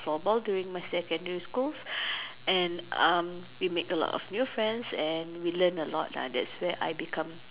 floorball during my secondary school and um we make a lot of new friends and we learn a lot lah that's where I become